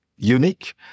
Unique